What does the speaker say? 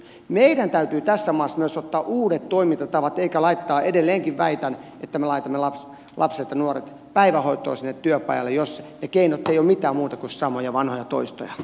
meidän täytyy tässä maassa myös ottaa uudet toimintatavat eikä laittaa edelleenkin väitän että me laitamme lapsia ja nuoria päivähoitoon sinne työpajalle jos ne keinot eivät ole mitään muuta kuin samoja vanhoja toistoja